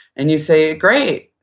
and you say great,